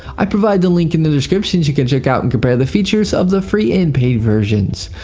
i've provided a link in the description so you can checkout and compare the features of the free and paid versions.